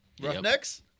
Roughnecks